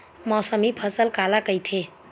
मौसमी फसल काला कइथे?